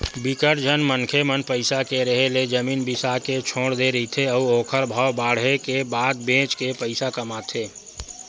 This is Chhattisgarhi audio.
बिकट झन मनखे मन पइसा के रेहे ले जमीन बिसा के छोड़ दे रहिथे अउ ओखर भाव बाड़हे के बाद बेच के पइसा कमाथे